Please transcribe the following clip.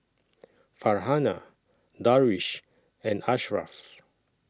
Farhanah Darwish and Ashraf